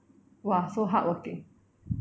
!wah! so hardworking